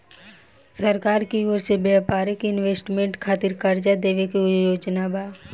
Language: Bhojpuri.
सरकार की ओर से व्यापारिक इन्वेस्टमेंट खातिर कार्जा देवे के योजना बा